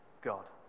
God